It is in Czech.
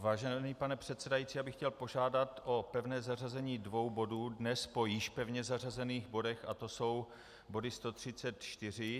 Vážený pane předsedající, já bych chtěl požádat o pevné zařazení dvou bodů dnes po již pevně zařazených bodech, jsou body 134